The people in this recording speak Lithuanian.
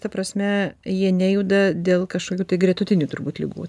ta prasme jie nejuda dėl kažkokių tai gretutinių turbūt ligų